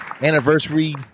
anniversary